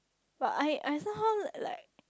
but I I somehow like